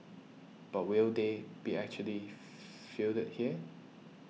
but will they be actually fielded here